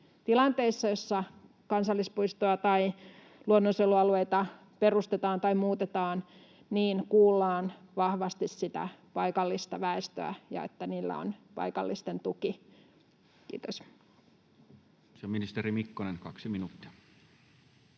tilanteissa, joissa kansallispuistoa tai luonnonsuojelualueita perustetaan tai muutetaan, kuullaan vahvasti sitä paikallista väestöä ja että niillä on paikallisten tuki. — Kiitos. [Speech 148] Speaker: Toinen varapuhemies